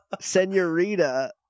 senorita